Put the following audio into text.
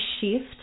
shift